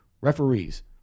referees